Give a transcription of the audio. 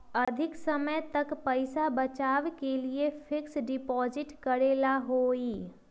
अधिक समय तक पईसा बचाव के लिए फिक्स डिपॉजिट करेला होयई?